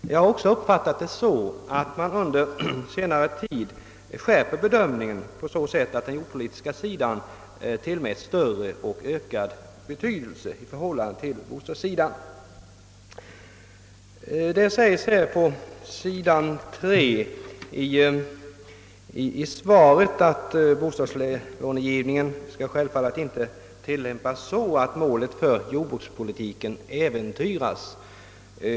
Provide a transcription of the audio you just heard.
Såvitt jag förstår har man också under senare tid skärpt denna bedömning, så att den jordpolitiska sidan nu tillmätes ökad betydelse i förhållande till bostadssidan. Inrikesministern säger att »bostadslånegivningen självfallet inte bör tillämpas på sådant sätt, att målet för jordbrukspolitiken äventyras».